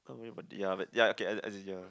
but ya ya okay as in as in ya